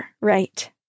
Right